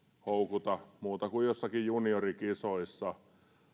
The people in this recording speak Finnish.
houkuta muuta kuin joissakin juniorikisoissa